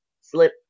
slip